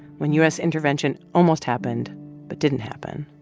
when u s. intervention almost happened but didn't happen.